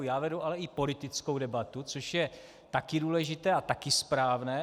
Já vedu ale i politickou debatu, což je také důležité a také správné.